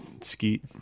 Skeet